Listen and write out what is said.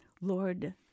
Lord